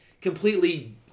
completely